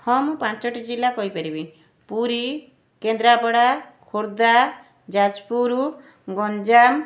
ହଁ ମୁଁ ପାଞ୍ଚଟି ଜିଲ୍ଲା କହିପାରିବି ପୁରୀ କେନ୍ଦ୍ରାପଡ଼ା ଖୋର୍ଦ୍ଧା ଯାଜପୁର ଗଞ୍ଜାମ